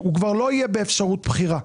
הוא כבר לא יהיה באפשרות בחירה.